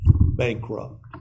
bankrupt